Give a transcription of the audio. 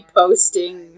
posting